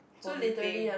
for meeting